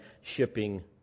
shipping